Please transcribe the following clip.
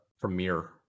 premiere